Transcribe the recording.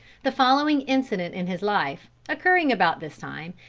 the following incident in his life, occurring about this time,